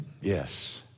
Yes